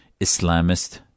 Islamist